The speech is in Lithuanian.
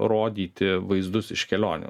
rodyti vaizdus iš kelionių